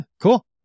cool